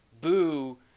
Boo